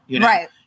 Right